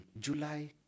July